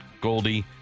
Goldie